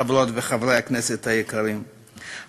חברות וחברי הכנסת היקרים.